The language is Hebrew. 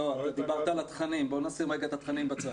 דיברת על התכנים, בוא נשים רגע את התכנים בצד.